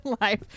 life